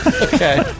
okay